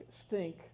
stink